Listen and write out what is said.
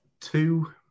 two